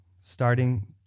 starting